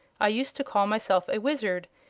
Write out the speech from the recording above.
i used to call myself a wizard,